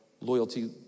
loyalty